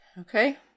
Okay